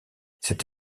cette